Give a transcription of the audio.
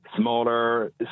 smaller